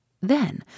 Then